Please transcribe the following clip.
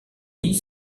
nids